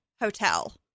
hotel